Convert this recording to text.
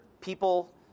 people